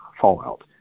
fallout